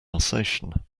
alsatian